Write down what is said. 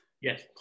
Yes